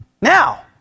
Now